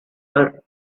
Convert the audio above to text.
her